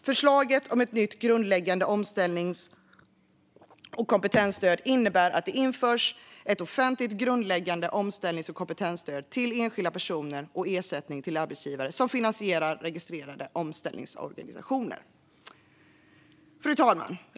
Förslaget om ett nytt grundläggande omställnings och kompetensstöd innebär att det införs ett offentligt grundläggande omställnings och kompetensstöd till enskilda personer och ersättning till arbetsgivare som finansierar registrerade omställningsorganisationer. Fru talman!